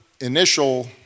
initial